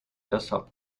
desktop